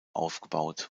aufgebaut